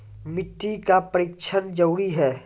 मिट्टी का परिक्षण जरुरी है?